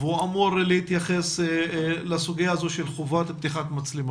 וזה לא משליך על הנוכחות בצורה פדגוגית בשום צורה.